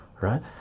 right